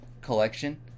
collection